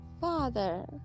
Father